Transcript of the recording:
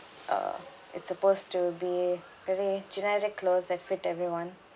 uh it's supposed to be very generic clothes that fit everyone